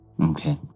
Okay